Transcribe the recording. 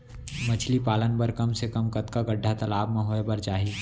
मछली पालन बर कम से कम कतका गड्डा तालाब म होये बर चाही?